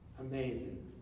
Amazing